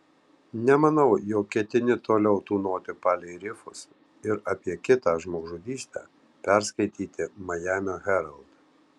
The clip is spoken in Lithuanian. nemanau jog ketini toliau tūnoti palei rifus ir apie kitą žmogžudystę perskaityti majamio herald